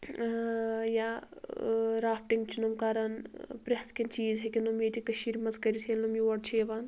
یا رافٹنِگ چھِ نۄم کران پرتِھ کیٛنٚہہ چیٖز ہیٚکن نۄم ییٚتہِ کٔشیرِ منٛز کٔرتھ ییلہِ نۄم یور چھِ یِوان